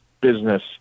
business